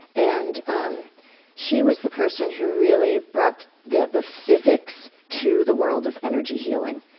and um she was the person who really brought the the physics to the world of energy healing,